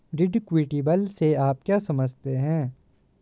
Deductible से आप क्या समझते हैं?